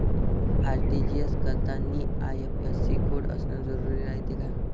RTGS करतांनी IFSC code असन जरुरी रायते का?